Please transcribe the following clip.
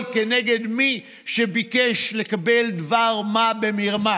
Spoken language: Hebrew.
כנגד מי שביקש לקבל דבר מה במרמה.